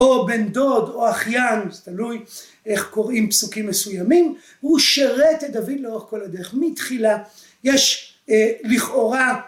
‫או בן דוד או אחיין, ‫זה תלוי איך קוראים פסוקים מסוימים, ‫הוא שרת את דוד לאורך כל הדרך. ‫מתחילה יש לכאורה...